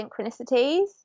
synchronicities